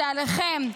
זה עליכם.